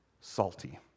salty